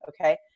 Okay